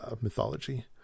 mythology